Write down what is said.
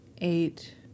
eight